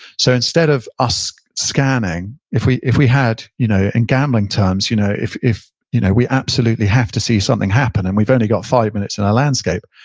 so instead of us scanning, if we if we had, you know in gambling terms, you know if if you know we absolutely have to see something happen and we've only got five minutes in our landscape,